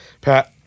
Pat